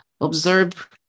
observe